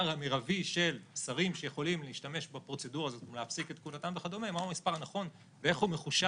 שכרנו חברת משאיות.